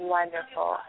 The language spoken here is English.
Wonderful